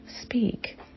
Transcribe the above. speak